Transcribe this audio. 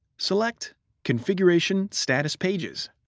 select configuration status pages.